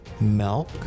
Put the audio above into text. milk